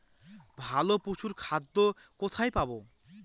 ভালো পশুর খাদ্য কোথায় পাবো?